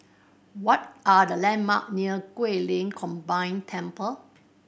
what are the landmark near Guilin Combined Temple